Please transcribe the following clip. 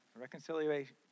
Reconciliation